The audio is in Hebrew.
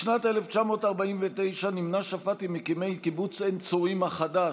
בשנת 1949 נמנה שפט עם מקימי קיבוץ עין צורים החדש,